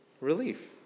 Relief